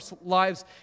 lives